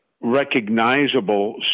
recognizable